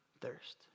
thirst